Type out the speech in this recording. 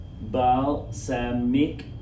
Balsamic